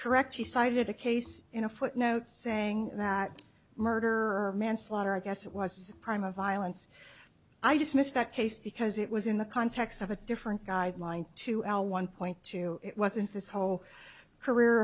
correct he cited a case in a footnote saying that murder manslaughter i guess it was prime of violence i dismissed that case because it was in the context of a different guideline to our one point two it wasn't this whole career